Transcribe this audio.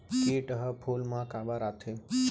किट ह फूल मा काबर आथे?